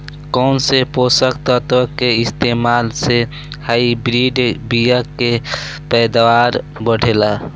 कौन से पोषक तत्व के इस्तेमाल से हाइब्रिड बीया के पैदावार बढ़ेला?